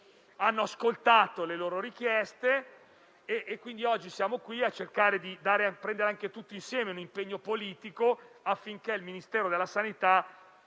e ascoltato le loro richieste e oggi siamo qui a cercare di prendere tutti insieme un impegno politico affinché il Ministero della salute